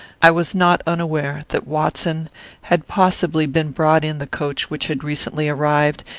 i was not unaware that watson had possibly been brought in the coach which had recently arrived,